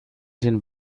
den